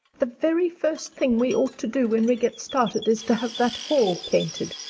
the very first thing we ought to do when we get started is to have that hall painted,